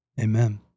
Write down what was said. Amen